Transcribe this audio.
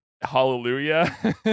hallelujah